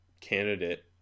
candidate